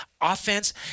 offense